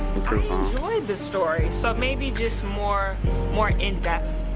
enjoyed the story so maybe just more more in-depth,